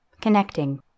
Connecting